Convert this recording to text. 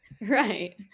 Right